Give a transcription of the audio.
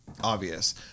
obvious